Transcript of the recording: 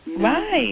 Right